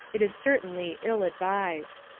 it is certainly ill-advised.